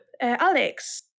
Alex